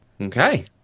Okay